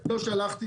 לא.